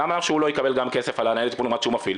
למה שהוא לא יקבל גם כסף על הניידת טיפול נמרץ שהוא מפעיל,